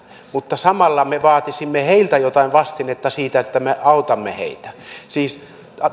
mutta samalla me vaatisimme heiltä jotain vastinetta siitä että me autamme heitä siis eikö